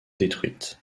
détruite